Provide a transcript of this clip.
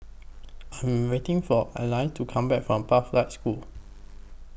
I Am waiting For Alia to Come Back from Pathlight School